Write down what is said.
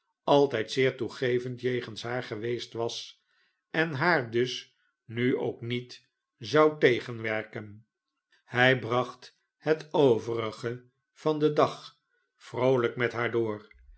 altijd zeer toegevend jegens haar geweestwas en haar dus nu ook niet zou tegenwerken hij bracht het overige van den dag vroolijk met haar door